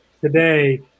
today